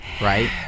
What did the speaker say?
Right